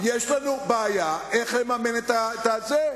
ויש לנו בעיה איך לממן את זה.